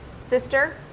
sister